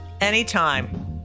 Anytime